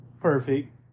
Perfect